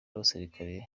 abasirikare